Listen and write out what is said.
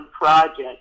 project